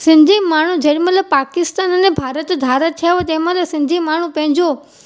सिंधी माण्हू जेडी महिल पकिस्तान अने भारत धार थियो तंहिं महिल जे माण्हू पंहिंजो